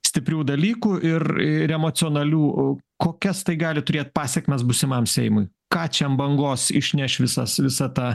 stiprių dalykų ir emocionalių kokias tai gali turėt pasekmes būsimam seimui ką čis bangos išneš visas visą tą